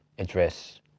address